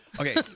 Okay